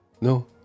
no